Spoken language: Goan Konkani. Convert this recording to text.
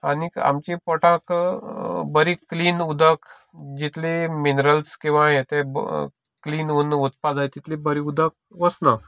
आनीक आमच्या पोटाक बरी क्लिन उदक जितली मिनरल्स किंवा हेतें क्लिन करून उरपाक जाय येंतें उदक वचना